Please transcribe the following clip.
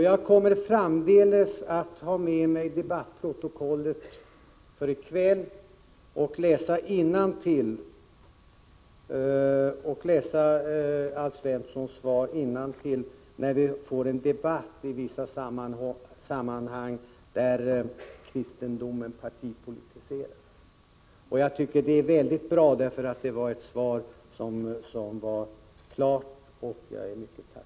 Jag kommer framdeles att ha med mig debattprotokollet för i kväll och läsa Alf Svenssons svar innantill när vi får debatt i vissa sammanhang där kristendomen partipolitiseras. Svaret var mycket klart och bra, och jag är tacksam för det.